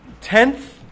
tenth